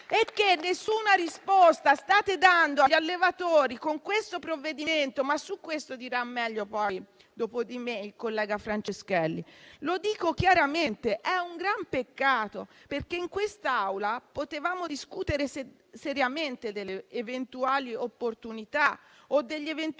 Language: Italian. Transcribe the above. E nessuna risposta state dando agli allevatori, con questo provvedimento. Ma su questo dirà meglio, dopo di me, il collega Franceschelli. Io dico chiaramente che è un gran peccato, perché in quest'Aula potevamo discutere seriamente delle eventuali opportunità o degli eventuali